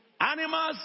Animals